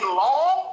long